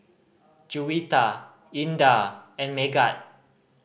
Juwita Indah and Megat